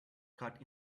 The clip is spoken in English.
cut